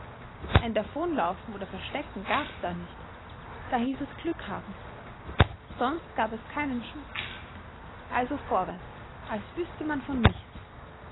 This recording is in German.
ein davonlaufen oder verstecken gab's da nicht da hieß es glück haben sonst gab es keinen schuß also vorwärts als wüßte man von nichts